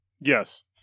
Yes